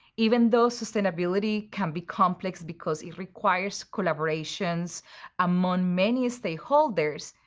even though sustainability can be complex because it requires collaborations among many stakeholders,